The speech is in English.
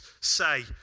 say